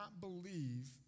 believe